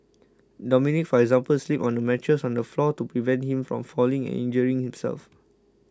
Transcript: Dominic for example sleeps on a mattress on the floor to prevent him from falling and injuring himself